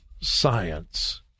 science